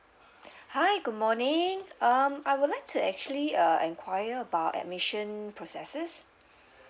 hi good morning um I would like to actually uh enquire about admission processes